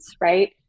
right